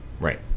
Right